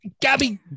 Gabby